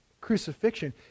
crucifixion